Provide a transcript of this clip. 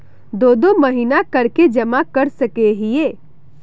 दो दो महीना कर के जमा कर सके हिये?